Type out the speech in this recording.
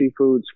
seafoods